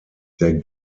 der